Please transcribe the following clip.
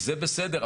זה בסדר,